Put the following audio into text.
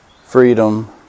Freedom